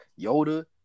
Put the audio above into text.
Yoda